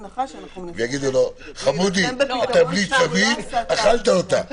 יגידו לו: חמודי, אתה בלי צמיד, אכלת אותה...